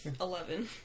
eleven